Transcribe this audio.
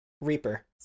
Reaper